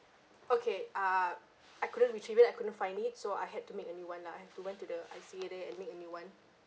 okay ah I couldn't retrieve it I couldn't find it so I had to make a new one lah I have to went to the I_C_A there and make a new one